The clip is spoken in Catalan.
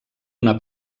una